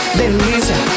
delícia